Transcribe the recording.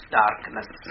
darkness